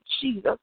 Jesus